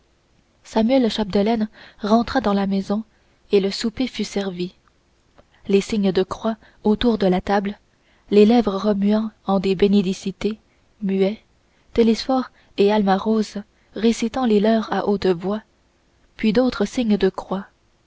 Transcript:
samuel chapdelaine rentra dans la maison et le souper fut servi les signes de croix autour de la table les lèvres remuant en des benedicite muets télesphore et alma rose récitant les leurs à haute voix puis d'autres signes de croix